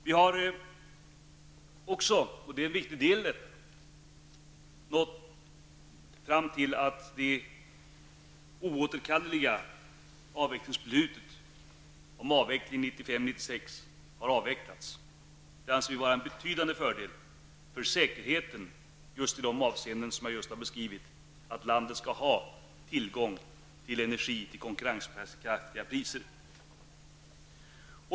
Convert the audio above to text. Vi har också, och det är en viktig del i detta, nått fram till att det oåterkalleliga beslutet om avveckling år 1995--1996 har återtagits. Det anser vi vara en betydande fördel för säkerheten i de avseenden som jag nyss har beskrivit, nämligen att landet skall ha tillgång till energi till konkurrenskraftiga priser.